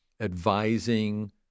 advising